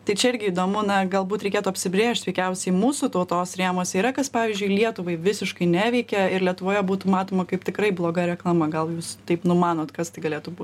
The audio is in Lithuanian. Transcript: tai čia irgi įdomu na galbūt reikėtų apsibrėžti veikiausiai mūsų tautos rėmuose yra kas pavyzdžiui lietuvai visiškai neveikia ir lietuvoje būtų matoma kaip tikrai bloga reklama gal jūs taip numanot kas tai galėtų būt